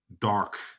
dark